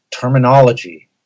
Terminology